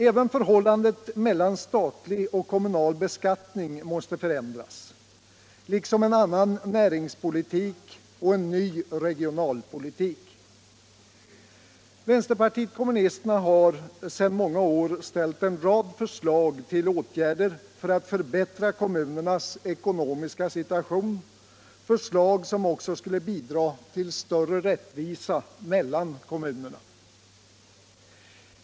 Även förhållandet mellan statlig och kommunal beskattning måste förändras, liksom vi måste ha en annan näringspolitik och en ny regionalpolitik. Vänsterpartiet kommunisterna har sedan många år ställt en rad förslag till åtgärder för att förbättra kommunernas ekonomiska situation, förslag som också skulle bidra till större rättvisa mellan kommunerna.